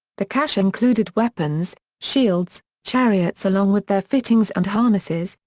the cache included weapons, shields, chariots along with their fittings and harnesses,